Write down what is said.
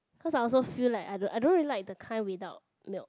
cause I also feel like I don't I don't really like the kind without milk